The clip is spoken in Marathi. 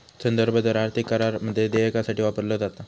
संदर्भ दर आर्थिक करारामध्ये देयकासाठी वापरलो जाता